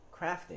crafting